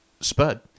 Spud